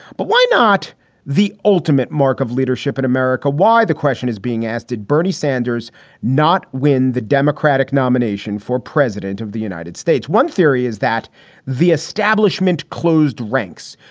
but why not the ultimate mark of leadership in america? why? the question is being asked, did bernie sanders not win the democratic nomination for president of the united states? one theory is that the establishment closed ranks,